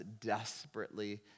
desperately